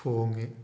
ꯊꯣꯡꯉꯦ